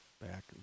back